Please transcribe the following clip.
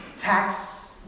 tax